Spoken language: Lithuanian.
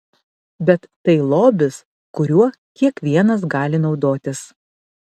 bet tai lobis kuriuo kiekvienas gali naudotis